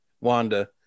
Wanda